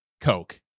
Coke